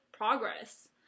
Progress